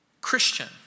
Christian